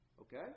Okay